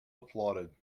applauded